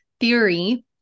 theory